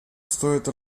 стоит